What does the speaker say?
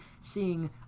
seeing